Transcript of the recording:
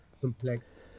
complex